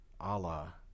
Allah